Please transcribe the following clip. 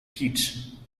kicz